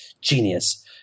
Genius